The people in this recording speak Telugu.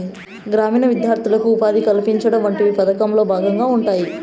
గ్రామీణ విద్యార్థులకు ఉపాధి కల్పించడం వంటివి పథకంలో భాగంగా ఉంటాయి